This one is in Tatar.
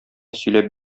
сөйләп